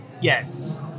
Yes